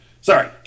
Sorry